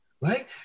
right